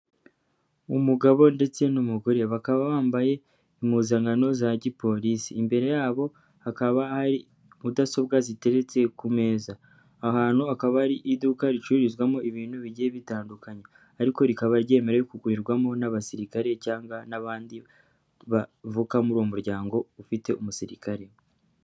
Umugabo ndetse n'umugore, bakaba bambaye impuzankano za gipolisi, imbere yabo hakaba hari mudasobwa ziteretse ku meza, aho ahantu hakaba hari iduka ricururizwamo ibintu bigiye bitandukanye ariko rikaba ryemerewe kugurirwamo n'abasirikare cyangwa n'abandi bavuka muri uwo muryango ufite umusirikare.